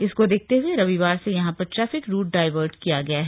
इसको देखते हए रविवार से यहां पर ट्रैफिक रूट डाइर्वट किया गया है